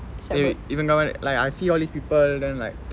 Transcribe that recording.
they இவங்க:ivanga like I see all these people then like